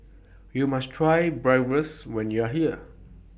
YOU must Try Bratwurst when YOU Are here